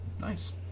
Nice